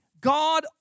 God